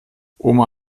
oma